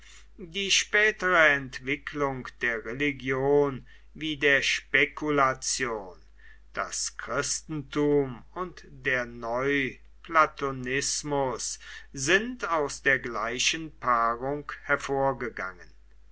die spätere entwicklung der religion wie der spekulation das christentum und der neuplatonismus sind aus der gleichen paarung hervorgegangen